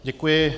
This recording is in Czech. Děkuji.